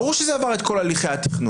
ברור שזה עבר את כל הליכי התכנון,